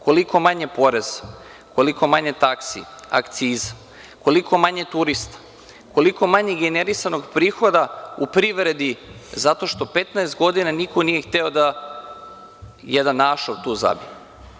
Koliko manje poreza, koliko manje taksi, akciza, koliko manje turista, koliko manje generisanog prihoda u privredi zato što 15 godina niko nije hteo da jedan ašov tu zabije?